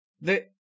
the-